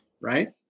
right